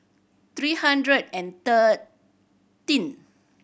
three hundred and thirteen